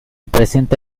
presenta